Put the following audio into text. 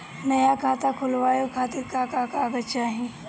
नया खाता खुलवाए खातिर का का कागज चाहीं?